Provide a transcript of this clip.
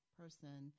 person